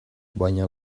baina